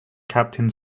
captain